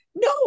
No